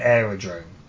Aerodrome